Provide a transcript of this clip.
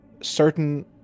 certain